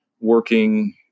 working